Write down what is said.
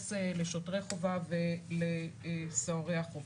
מתייחס לשוטרי חובה ולסוהרי החובה.